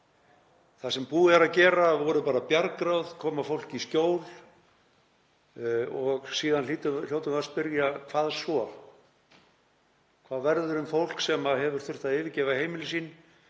Það sem búið er að gera voru bara bjargráð, að koma fólki í skjól, og síðan hljótum við að spyrja: Hvað svo? Hvað verður um fólk sem hefur þurft að yfirgefa heimili sín?